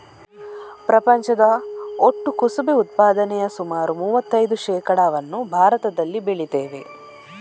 ಪ್ರಪಂಚದ ಒಟ್ಟು ಕುಸುಬೆ ಉತ್ಪಾದನೆಯ ಸುಮಾರು ಮೂವತ್ತೈದು ಶೇಕಡಾವನ್ನ ಭಾರತದಲ್ಲಿ ಬೆಳೀತೇವೆ